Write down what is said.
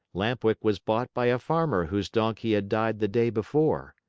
lamp-wick was bought by a farmer whose donkey had died the day before.